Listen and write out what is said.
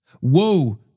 Woe